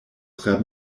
tre